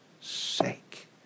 sake